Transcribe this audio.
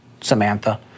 Samantha